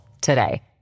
today